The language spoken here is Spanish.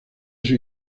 sus